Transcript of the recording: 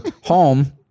home